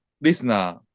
listener